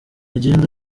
agenda